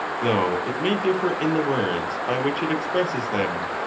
though it may differ in the words by which it expresses them.